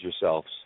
yourselves